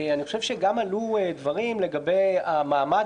עלו גם דברים לגבי המעמד,